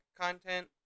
content